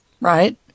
Right